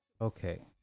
Okay